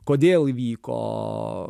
kodėl įvyko